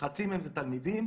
חצי מהם זה תלמידים,